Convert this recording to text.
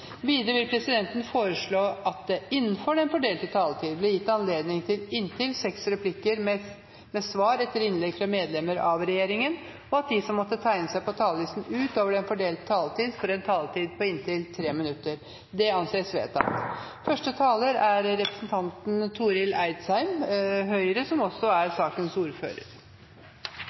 Videre vil presidenten foreslå at det blir gitt anledning til inntil seks replikker med svar etter innlegg fra medlemmer av regjeringen innenfor den fordelte taletid, og at de som måtte tegne seg på talerlisten utover den fordelte taletid, får en taletid på inntil 3 minutter. – Det anses vedtatt.